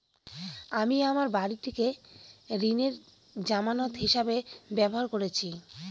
আমি আমার বাড়িটিকে ঋণের জামানত হিসাবে ব্যবহার করেছি